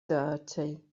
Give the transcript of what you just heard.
dirty